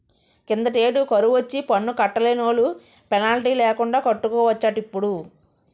కిందటేడు కరువొచ్చి పన్ను కట్టలేనోలు పెనాల్టీ లేకండా కట్టుకోవచ్చటిప్పుడు